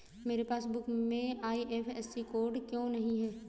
मेरे पासबुक में IFSC code क्यो नहीं है?